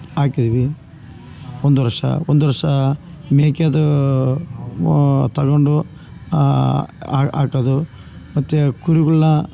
ಹಾಕಿದಿವಿ ಒಂದುವರ್ಷ ಒಂದುವರ್ಷ ಮೇಕೆದೂ ತಗೊಂಡು ಆಟೋದು ಮತ್ತು ಕುರಿಗಳ್ನ